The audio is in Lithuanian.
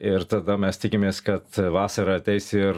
ir tada mes tikimės kad vasara ateis ir